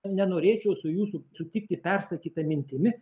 nenorėčiau su jūsų sutikti persakyta mintimi